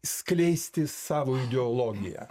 skleisti savo ideologiją